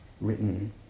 written